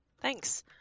Thanks